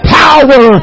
power